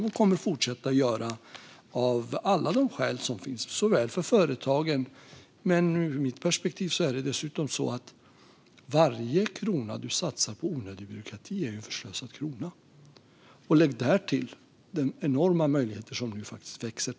Och det kommer vi att fortsätta göra, av alla skäl. Det gör vi bland annat för företagens skull. Men ur mitt perspektiv är dessutom varje krona man satsar på onödig byråkrati en förslösad krona. Lägg därtill de enorma möjligheter som nu växer fram.